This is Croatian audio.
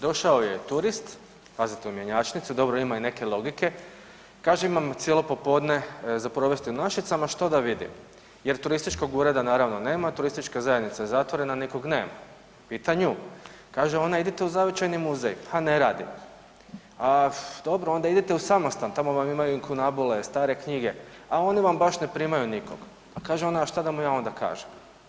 Došao je turist, pazite u mjenjačnicu, dobro ima i neke logike, kaže imam cijelo popodne za provesti u Našicama što da vidim jer turističkog ureda naravno nema, turistička zajednica je zatvorena nikog nema, pita nju, kaže ona idite u zavičajni muzej, pa ne radi, a dobro idite u samostan tamo vam imaju inkunabule, stare knjige, a oni vam baš ne primaju nikog, a kaže ona a šta da mu ja onda kažem.